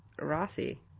Rossi